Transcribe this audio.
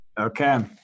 Okay